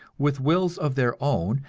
with wills of their own,